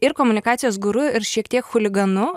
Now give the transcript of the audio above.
ir komunikacijos guru ir šiek tiek chuliganu